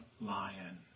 lion